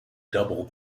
double